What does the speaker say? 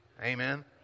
Amen